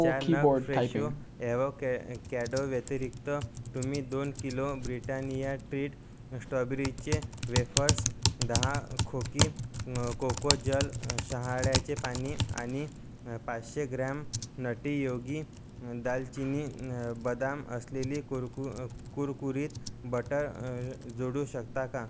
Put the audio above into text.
चार नग फ्रेशो ॲव्होकॅ कॅडोव्यतिरिक्त तुम्ही दोन किलो ब्रिटानिया ट्रीट स्ट्रॉबेरीचे वेफर्स दहा खोकी कोकोजल शहाळ्याचे पाणी आणि पाचशे ग्रॅम नटी योगी दालचिनी बदाम असलेली कुरकुर कुरकुरीत बटर जोडू शकता का